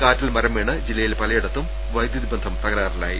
കാറ്റിൽ മരം വീണ് ജില്ലയിൽ പലയിടങ്ങളിലും വൈദ്യുതിബന്ധവും തകരാ റിലായി